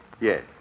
Yes